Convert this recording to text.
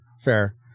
Fair